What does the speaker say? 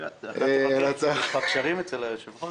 יש לך קשרים אצל היושב-ראש?